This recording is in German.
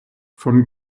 von